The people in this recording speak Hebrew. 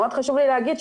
מאוד חשוב לי להגיד,